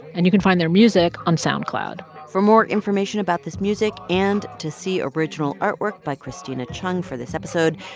and you can find their music on soundcloud for more information about this music and to see original artwork by christina chung for this episode,